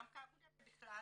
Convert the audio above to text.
גם כאגודה ובכלל,